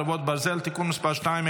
חרבות ברזל) (תיקון מס' 2),